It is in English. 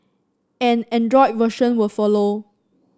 an Android version will follow